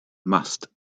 must